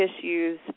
issues